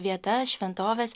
vietas šventoves